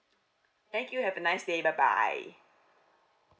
thank you have a nice day bye bye